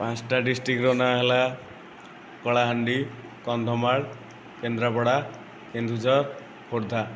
ପାଞ୍ଚୋଟି ଡିଷ୍ଟ୍ରିକ୍ଟର ନାଁ ହେଲା କଳାହାଣ୍ଡି କନ୍ଧମାଳ କେନ୍ଦ୍ରାପଡ଼ା କେନ୍ଦୁଝର ଖୋର୍ଦ୍ଧା